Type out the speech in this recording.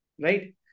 right